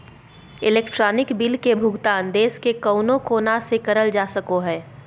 electronic bill के भुगतान देश के कउनो कोना से करल जा सको हय